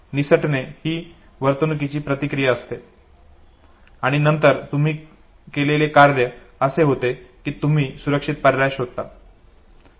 निसटणे ही वर्तणुकीची प्रतिक्रिया असते आणि नंतर तुम्ही केलेले कार्य असे होते की तुम्ही सुरक्षित पर्याय शोधता